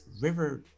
River